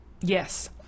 Yes